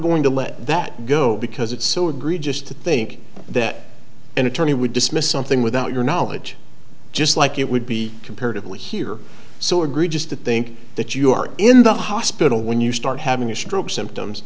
going to let that go because it's so egregious to think that an attorney would dismiss something without your knowledge just like it would be comparatively here so egregious to think that you are in the hospital when you start having a stroke symptoms